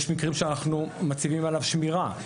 יש מקרים שאנחנו מציבים עליו שמירה,